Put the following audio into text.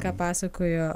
ką pasakojo